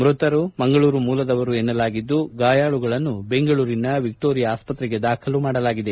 ಮೃತರು ಮಂಗಳೂರು ಮೂಲದವರು ಎನ್ನಲಾಗಿದ್ದು ಗಾಯಾಳುಗಳನ್ನು ಬೆಂಗಳೂರಿನ ವಿಕ್ಟೋರಿಯಾ ಆಸ್ಪತ್ತೆಗೆ ದಾಖಲು ಮಾಡಲಾಗಿದೆ